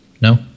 No